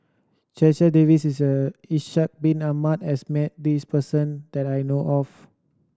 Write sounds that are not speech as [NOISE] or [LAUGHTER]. Checha Davies [UNINTELLIGIBLE] Ishak Bin Ahmad has met this person that I know of